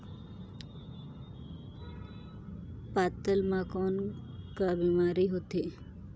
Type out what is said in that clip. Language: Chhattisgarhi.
पातल म कौन का बीमारी होथे?